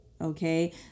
okay